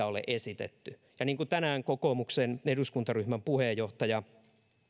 ole esitetty ja niin kuin tänään kokoomuksen eduskuntaryhmän puheenjohtaja